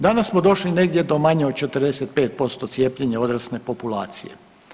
Danas smo došli negdje do manje od 45% cijepljenja odrasle populacije.